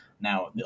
Now